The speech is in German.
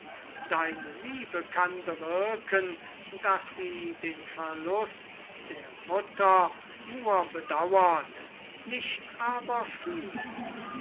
deine liebe kann bewirken daß sie den verlust der mutter nur bedauert nicht aber fühlt